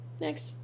Next